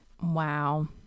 Wow